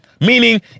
meaning